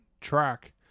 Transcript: track